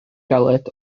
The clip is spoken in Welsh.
galed